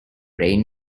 rain